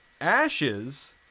ashes